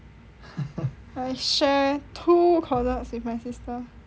but I share two closets with my sister